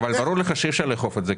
ברור לך שאין דרך לאכוף את זה.